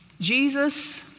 Jesus